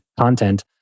content